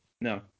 no